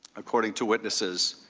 according to witnesses.